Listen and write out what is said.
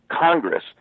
Congress